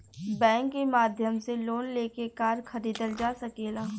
bank के माध्यम से लोन लेके कार खरीदल जा सकेला